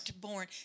born